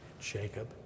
Jacob